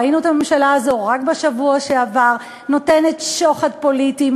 ראינו את הממשלה הזו רק בשבוע שעבר נותנת שוחד פוליטי,